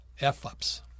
F-ups